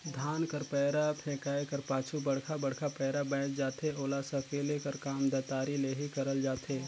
धान कर पैरा फेकाए कर पाछू बड़खा बड़खा पैरा बाएच जाथे ओला सकेले कर काम दँतारी ले ही करल जाथे